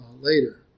later